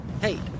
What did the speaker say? Hey